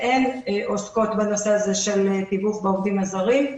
שהן עוסקות בנושא הזה של תיווך לעובדים הזרים.